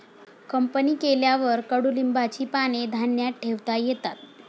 company केल्यावर कडुलिंबाची पाने धान्यात ठेवता येतात